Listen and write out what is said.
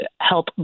help